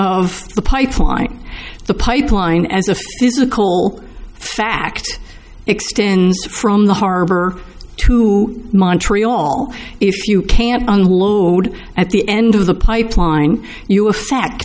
the pipeline the pipeline as a physical fact extends from the harbor to montreal if you can't unload at the end of the pipeline you a